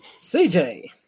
CJ